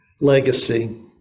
Legacy